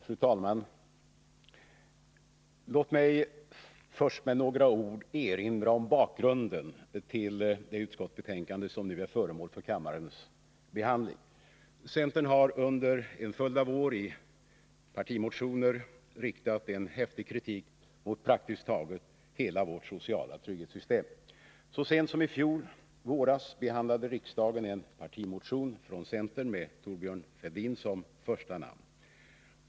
Fru talman! Låt mig först med några ord erinra om bakgrunden till det utskottsbetänkande som nu är föremål för kammarens behandling. Centern har under en följd av år i partimotioner riktat häftig kritik mot praktiskt taget hela vårt sociala trygghetssystem. Så sent som i fjol våras behandlade riksdagen en partimotion från centern med Thorbjörn Fälldin som första namn.